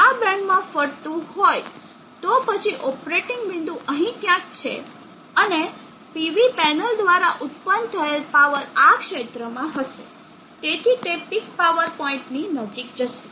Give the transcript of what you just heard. જો તે આ બેન્ડમાં ફરતું હોય તો પછી ઓપરેટિંગ બિંદુ અહીં ક્યાંક છે અને PV પેનલ દ્વારા ઉત્પન્ન થયેલ પાવર આ ક્ષેત્રમાં ફરશે તેથી તે પીક પાવર પોઇન્ટ ની નજીક જશે